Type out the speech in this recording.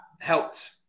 helped